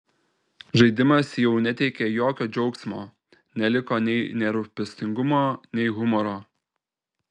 žaidimas jau neteikė jokio džiaugsmo neliko nei nerūpestingumo nei humoro